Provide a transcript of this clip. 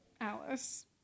Alice